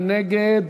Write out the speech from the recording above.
מי נגד?